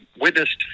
witnessed